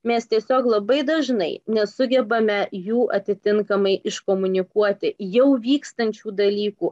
mes tiesiog labai dažnai nesugebame jų atitinkamai iškomunikuoti jau vykstančių dalykų